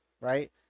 Right